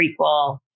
prequel